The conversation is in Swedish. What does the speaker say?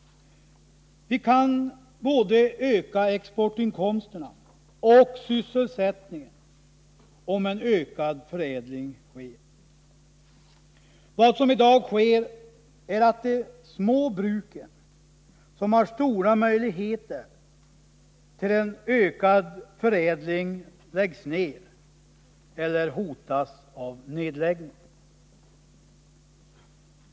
Vi kan öka både exportinkomsterna och sysselsättningen om en ökad förädling sker. Vad som i dag sker är att de små bruken, som har stora möjligheter till en ökad förädling, läggs ner eller hotas av nedläggning.